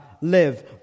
live